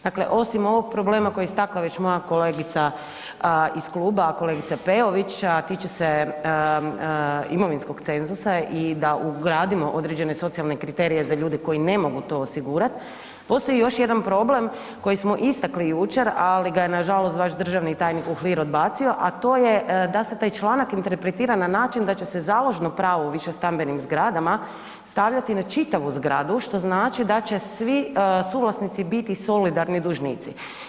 Dakle, osim ovog problema koji je istakla već moja kolegice iz kluba, kolegice Peović, a tiče se imovinskog cenzusa i da ugradimo određene socijalne kriterije za ljude koji ne mogu to osigurati, postoji još jedan problem koji smo istakli jučer, ali ga je nažalost vaš državni tajnik Uhlir odbacio, a to je da se taj članak interpretira na način da će se založno pravo u višestambenim zgradama stavljati na čitavu zgradu, što znači da će vi suvlasnici biti solidarni dužnici.